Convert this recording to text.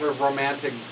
romantic